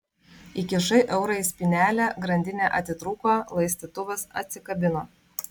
įkišai eurą į spynelę grandinė atitrūko laistytuvas atsikabino